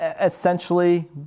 essentially